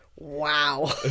wow